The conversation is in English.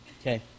Okay